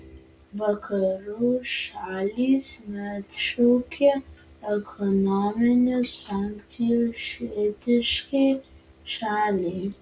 vakarų šalys neatšaukė ekonominių sankcijų šiitiškai šaliai